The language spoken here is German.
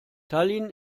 tallinn